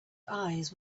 eyes